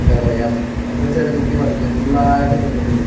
എന്താ പറയുക ഒരു സൈഡ് കുത്തിമറിക്കും ഫുള്ളായിട്ട് തിന്നിട്ട് പോകും